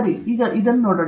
ಸರಿ ಇದನ್ನು ನೋಡೋಣ